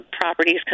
properties